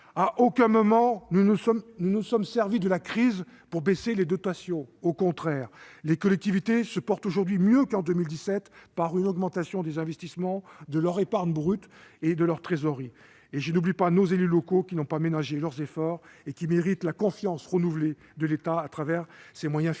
À aucun moment nous ne nous sommes servis de la crise pour baisser les dotations. Bien au contraire, les collectivités se portent aujourd'hui mieux qu'en 2017 grâce à une augmentation de leurs investissements, de leur épargne brute et de leur trésorerie. Je n'oublie pas que nos élus locaux n'ont pas ménagé leurs efforts et méritent la confiance renouvelée que leur accorde l'État à travers ces moyens financiers